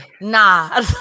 Nah